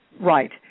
Right